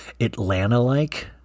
Atlanta-like